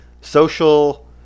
social